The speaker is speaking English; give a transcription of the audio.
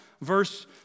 verse